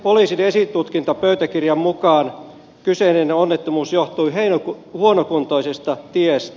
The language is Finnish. poliisin esitutkintapöytäkirjan mukaan kyseinen onnettomuus johtui huonokuntoisesta tiestä